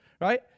right